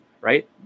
right